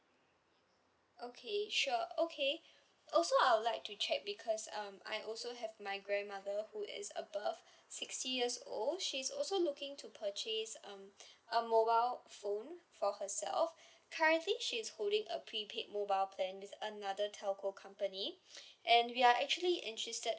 okay sure okay also I would like to check because um I also have my grandmother who is above sixty years old she's also looking to purchase um a mobile phone for herself currently she's holding a prepaid mobile plan with another telco company and we are actually interested